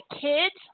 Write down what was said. kids